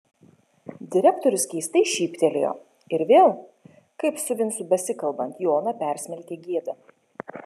direktorius keistai šyptelėjo ir vėl kaip su vincu besikalbant joną persmelkė gėda